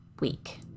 week